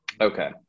Okay